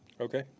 Okay